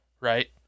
Right